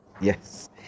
Yes